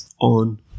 on